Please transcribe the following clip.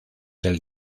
del